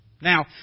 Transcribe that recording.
Now